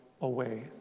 away